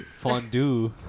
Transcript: Fondue